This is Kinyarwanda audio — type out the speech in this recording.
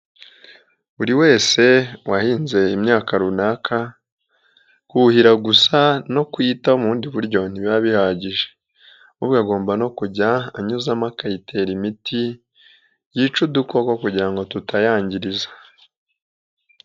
Buri wese wahinze imyaka runaka kuhira gusa no kuyitaho mu bundi buryo ntibiba bihagije, ahubwo agomba no kujya anyuzamo akayitera imiti yica udukoko kugira ngo tutayangiriza.